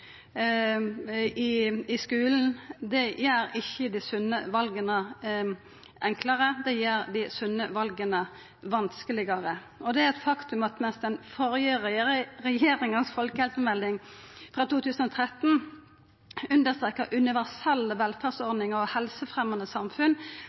grønt i skulen gjer ikkje dei sunne vala enklare, det gjer dei sunne vala vanskelegare. Det er eit faktum at mens den førre regjeringas folkehelsemelding frå 2013 understreka